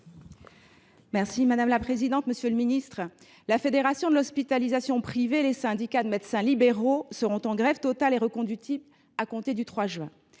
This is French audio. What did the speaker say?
et de la prévention. Monsieur le ministre, la Fédération de l’hospitalisation privée et les syndicats de médecins libéraux seront en grève totale et reconductible à compter du 3 juin